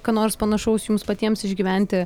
ką nors panašaus jums patiems išgyventi